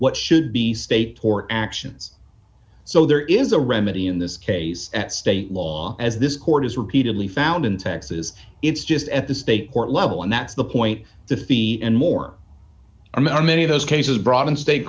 what should be state court actions so there is a remedy in this case at state law as this court has repeatedly found in texas it's just at the state court level and that's the point defeat and more a many of those cases brought in state